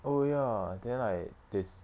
oh ya then like this